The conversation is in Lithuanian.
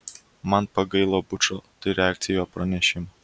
man pagailo bušo tai reakcija į jo pranešimą